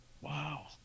Wow